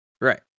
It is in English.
Right